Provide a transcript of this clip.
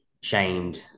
shamed